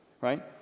right